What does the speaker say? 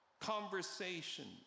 Conversations